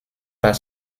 par